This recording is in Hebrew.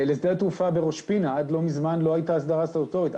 לשדה התעופה בראש-פינה עד לא מזמן לא הייתה הסדרה סטטוטורית.